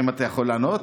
אם אתה יכול לענות.